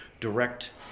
direct